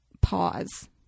pause